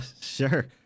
sure